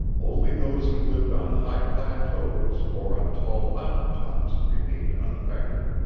only those who lived on high plateaus or on tall mountaintops remained unaffected.